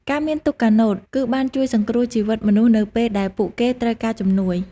ការមានទូកកាណូត គឺបានជួយសង្គ្រោះជីវិតមនុស្សនៅពេលដែលពួកគេត្រូវការជំនួយ។